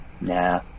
Nah